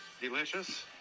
Delicious